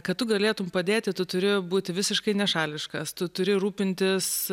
kad tu galėtum padėti tu turi būti visiškai nešališkas tu turi rūpintis